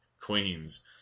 Queens